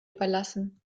überlassen